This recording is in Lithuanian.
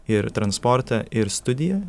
ir transportą ir studiją